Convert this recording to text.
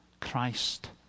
Christ